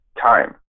time